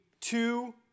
two